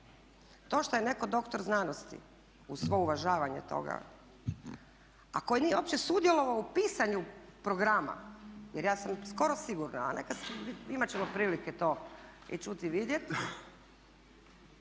To što je netko doktor znanosti, uz svo uvažavanje toga, a koji nije uopće sudjelovao u pisanju programa, jer ja sam skoro sigurna, a imat ćemo prilike to i čuti i vidjeti,